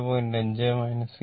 5 25 5